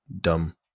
dumb